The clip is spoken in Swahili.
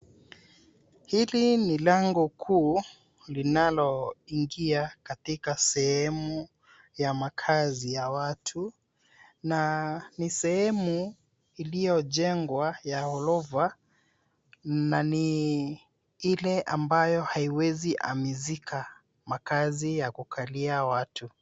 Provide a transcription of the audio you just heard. Hili ni lango kuu linaloingia katika sehemu ya makazi ya watu na ni sehemu iliyojengwa ya ghorofa na ni ile ambayo haiwezi hamishika. Maakazi ya kukalia watu.